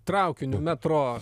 traukiniu metro